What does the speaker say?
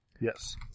Yes